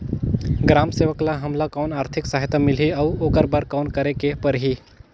ग्राम सेवक ल हमला कौन आरथिक सहायता मिलही अउ ओकर बर कौन करे के परही?